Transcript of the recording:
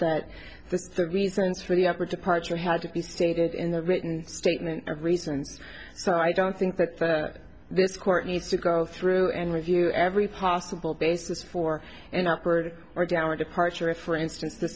that the reasons for the upper departure had to be stated in the written statement of reasons so i don't think that this court needs to go through and review every possible basis for an upward or downward departure if for instance th